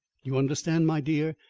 you understand, my dear,